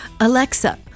Alexa